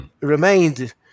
remained